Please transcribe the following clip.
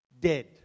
dead